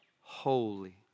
holy